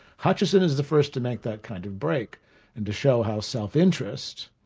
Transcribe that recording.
hutcheson is the first to make that kind of break and to show how self-interest,